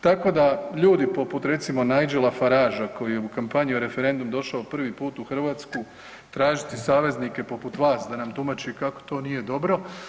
Tako da ljudi poput recimo Nigela Faragea koji je u kampanju u referendum došao prvi put u Hrvatsku tražiti saveznike poput vas da nam tumači kako to nije dobro.